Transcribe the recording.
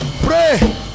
pray